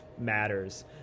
matters